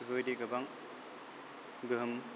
बेफोरबायदि गोबां गोहोम